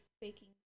baking